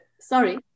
Sorry